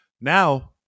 now